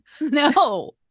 No